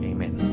Amen